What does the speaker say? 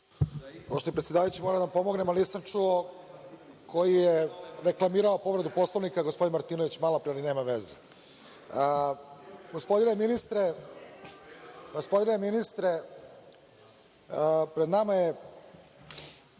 Poštovani predsedavajući, moram da vam pomognem, ali nisam čuo koji je član reklamirao, povreda Poslovnika, gospodin Martinović malopre, ali nema veze. Gospodine ministre, pred nama je